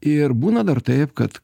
ir būna dar taip kad